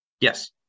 Yes